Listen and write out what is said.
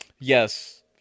Yes